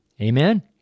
Amen